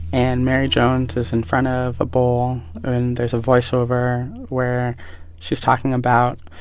and mary jones is in front of a bull. and there's a voiceover where she's talking about,